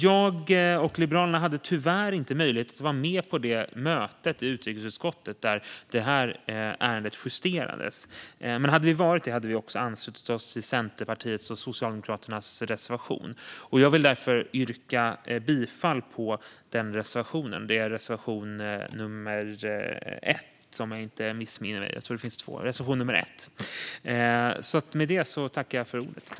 Jag och Liberalerna hade tyvärr inte möjlighet att vara med på det möte i utrikesutskottet där detta ärende justerades. Men om vi hade varit det hade vi anslutit oss till Centerpartiets och Socialdemokraternas reservation. Jag yrkar därför bifall till reservation nummer 1.